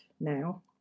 now